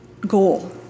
goal